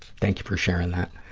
thank you for sharing that.